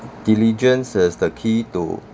diligence is the key to